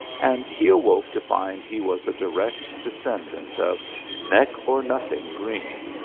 and he awoke to find he was a direct descendant of neck or nothing greene,